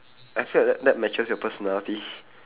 I felt that that matches your personality